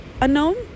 unknown